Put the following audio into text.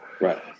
right